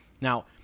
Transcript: now